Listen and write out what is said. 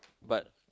but